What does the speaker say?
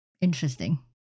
interesting